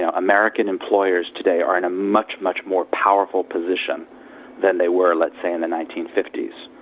um american employers today are in a much, much more powerful position than they were, let's say, in the nineteen fifty s.